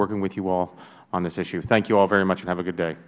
working with you all on this issue thank you all very much and have a good day